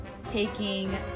taking